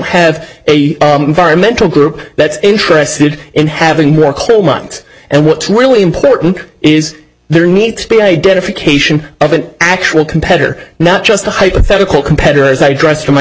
environmental group that's interested in having more clear months and what's really important is there needs to be identification of an actual competitor not just a hypothetical competitor as i dress for my